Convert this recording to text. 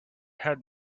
had